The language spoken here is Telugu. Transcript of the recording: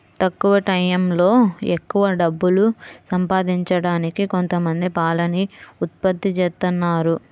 తక్కువ టైయ్యంలో ఎక్కవ డబ్బులు సంపాదించడానికి కొంతమంది పాలని ఉత్పత్తి జేత్తన్నారు